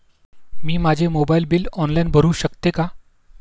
मी माझे mobile bill online भरू शकते का?